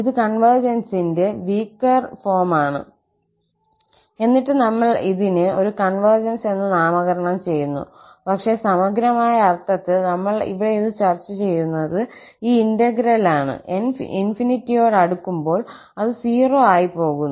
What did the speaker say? ഇത് കോൺവെർജൻസിന്റെ weaker form ആണ് എന്നിട്ടും നമ്മൾ ഇതിനെ ഒരു കൺവെർജൻസ് എന്ന് നാമകരണം ചെയ്യുന്നു പക്ഷേ സമഗ്രമായ അർത്ഥത്തിൽ നമ്മൾ ഇവിടെ ഇത് ചർച്ച ചെയ്യുന്നത് ഈ ഇന്റഗ്രൽ ആണ് 𝑛 ∞ യോട് അടുക്കുമ്പോൾ അത് 0 ആയി പോകുന്നു